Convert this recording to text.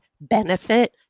benefit